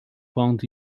found